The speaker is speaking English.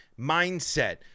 mindset